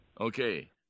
Okay